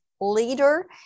leader